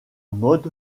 mode